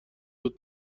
زود